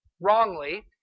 wrongly